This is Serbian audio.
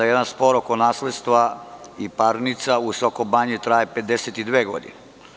Jedan spor oko nasledstva i parnica u Soko Banji traje 52 godine.